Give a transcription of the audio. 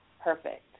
perfect